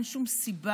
אין שום סיבה,